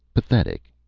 pathetic,